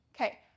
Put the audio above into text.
Okay